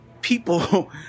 people